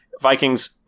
Vikings